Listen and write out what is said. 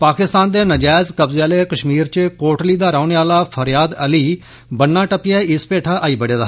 पाकिस्तान दे नजैज़ कब्जे आले कश्मीर च कोटली दा रौह्ने आला फरियाद अल ब'न्ना टप्पियै इत्त पेठा आई बड़ेया